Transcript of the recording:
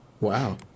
Wow